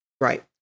Right